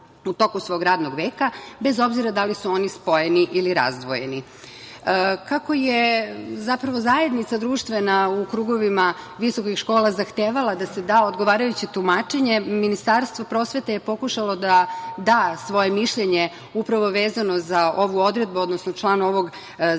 u toku svog radnog veka, bez obzira da li su oni spojeni ili razdvojeni. Kako je zapravo zajednica društvena u krugovima visokih škola zahtevala da se da odgovarajuće tumačenje, Ministarstvo prosvete je pokušalo da da svoje mišljenje upravo vezano za ovu odredbu, odnosno član ovog zakona.